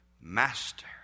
Master